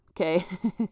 okay